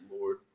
Lord